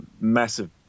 massive